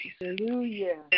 Hallelujah